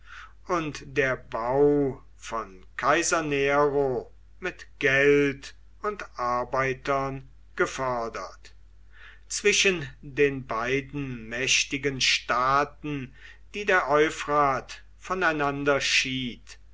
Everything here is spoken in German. und der bau von kaiser nero mit geld und arbeitern gefördert zwischen den beiden mächtigen staaten die der euphrat voneinander schied